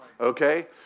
Okay